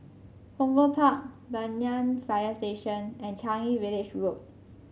Punggol Park Banyan Fire Station and Changi Village Road